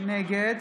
נגד